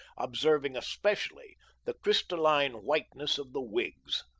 observing especially the crystalline whiteness of the wigs.